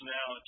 now